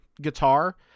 guitar